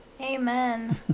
Amen